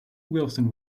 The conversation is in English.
wilson